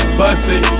bussy